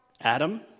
Adam